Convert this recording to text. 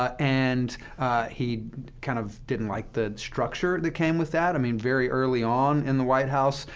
ah and he kind of didn't like the structure that came with that. i mean, very early on in the white house,